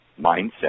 mindset